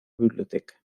biblioteca